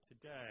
today